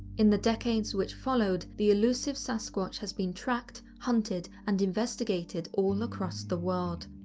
in the decades which followed, the elusive sasquatch has been tracked, hunted and investigated all across the world.